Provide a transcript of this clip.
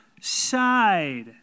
side